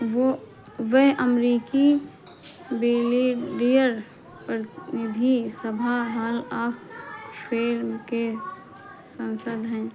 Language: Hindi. वो वह अमेरिकी बिलियडेयर्ड प्रतिनिधि सभा हॉल ऑफ फेम के संसद हैं